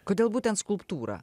kodėl būtent skulptūrą